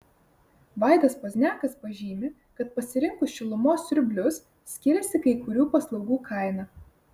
vaidas pozniakas pažymi kad pasirinkus šilumos siurblius skiriasi kai kurių paslaugų kaina